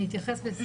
אני אתייחס לזה.